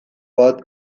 bat